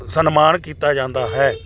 ਸਨਮਾਨ ਕੀਤਾ ਜਾਂਦਾ ਹੈ